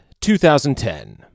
2010